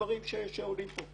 לדברים שעולים פה.